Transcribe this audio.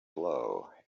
blow